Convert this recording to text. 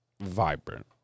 vibrant